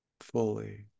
fully